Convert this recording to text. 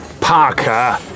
parker